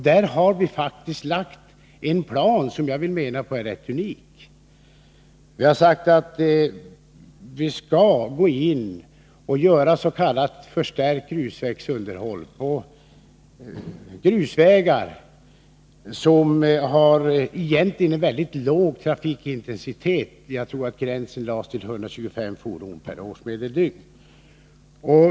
Det har lagts fram en plan som jag menar är rätt unik, där det har sagts att man skall göra s.k. förstärkt grusvägsunderhåll på grusvägar som egentligen har mycket låg trafikintensitet — jag tror att gränsen sattes vid 125 fordon per årsmedeldygn.